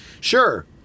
sure